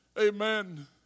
amen